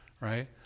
right